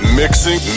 mixing